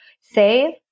save